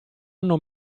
non